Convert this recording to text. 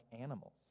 animals